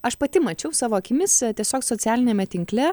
aš pati mačiau savo akimis tiesiog socialiniame tinkle